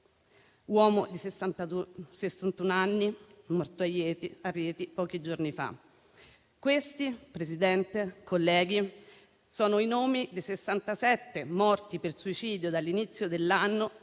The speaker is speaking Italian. uomo di 61 anni, morto a Rieti pochi giorni fa. Questi, signor Presidente, colleghi, sono i nomi dei 67 morti per suicidio dall'inizio dell'anno